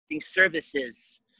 services